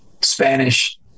Spanish